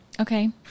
Okay